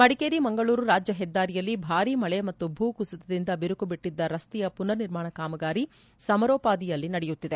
ಮಡಿಕೇರಿ ಮಂಗಳೂರು ರಾಜ್ಯ ಹೆದ್ದಾರಿಯಲ್ಲಿ ಭಾರೀ ಮಳೆ ಮತ್ತು ಭೂಕುಸಿತದಿಂದ ಬಿರುಕು ಬಿಟ್ಟಿದ್ದ ರಸ್ತೆಯ ಪುನರ್ ನಿರ್ಮಾಣ ಕಾಮಗಾರಿ ಸಮರೋಪಾದಿಯಲ್ಲಿ ನಡೆಯುತ್ತಿದೆ